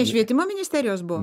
švietimo ministerijos buvo